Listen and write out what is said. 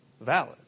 valid